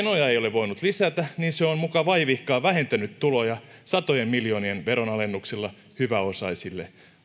voinut lisätä se on muka vaivihkaa vähentänyt tuloja satojen miljoonien veronalennuksilla hyväosaisille